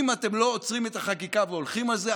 אם אתם לא עוצרים את החקיקה והולכים על זה,